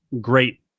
great